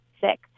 sick